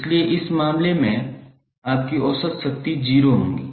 इसलिए इस मामले में आपकी औसत शक्ति 0 होगी